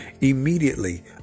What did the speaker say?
immediately